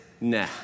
Nah